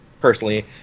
personally